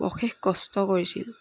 অশেষ কষ্ট কৰিছিল